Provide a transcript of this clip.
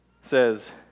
says